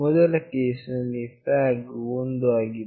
ಮೊದಲ ಕೇಸ್ ನಲ್ಲಿ flag ವು 1 ಆಗಿದೆ